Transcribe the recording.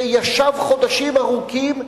שישב חודשים ארוכים.